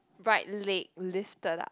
right leg lifted up